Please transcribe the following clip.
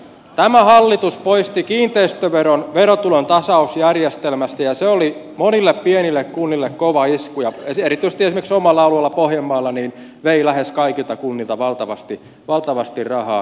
tämä hallitus poisti kiinteistöveron verotulon tasausjärjestelmästä ja se oli monille pienille kunnille kova isku ja erityisesti esimerkiksi omalla alueellani pohjanmaalla vei lähes kaikilta kunnilta valtavasti rahaa